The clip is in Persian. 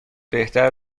بهتر